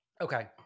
Okay